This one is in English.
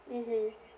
mmhmm